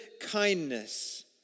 kindness